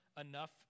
enough